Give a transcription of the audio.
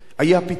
איה הפתרון?